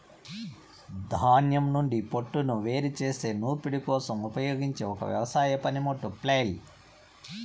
ధాన్యం నుండి పోట్టును వేరు చేసే నూర్పిడి కోసం ఉపయోగించే ఒక వ్యవసాయ పనిముట్టు ఫ్లైల్